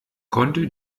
konnte